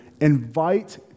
invite